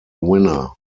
winner